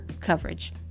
coverage